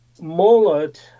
mullet